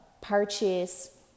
purchase